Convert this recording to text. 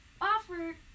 offered